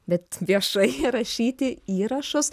bet viešai rašyti įrašus